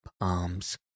arms